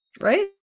Right